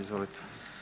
Izvolite.